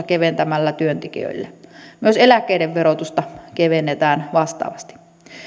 keventämällä myös eläkkeiden verotusta kevennetään vastaavasti